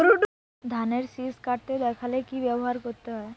ধানের শিষ কাটতে দেখালে কি ব্যবহার করতে হয়?